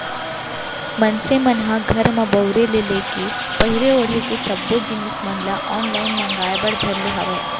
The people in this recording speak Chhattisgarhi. मनसे मन ह घर म बउरे ले लेके पहिरे ओड़हे के सब्बो जिनिस मन ल ऑनलाइन मांगए बर धर ले हावय